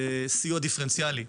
לסיוע דיפרנציאלי,